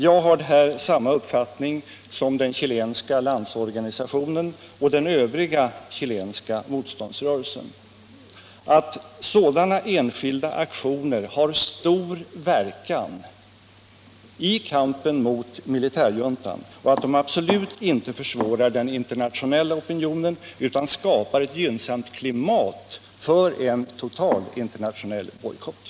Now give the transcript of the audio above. Jag har här samma uppfattning som den chilenska landsorganisationen och den övriga chilenska motståndsrörelsen — att enskilda aktioner har stor verkan i kampen mot militärjuntan och absolut inte försämrar den internationella opinionen, utan skapar ett gynnsamt klimat för en total interntionell bojkott.